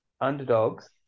underdogs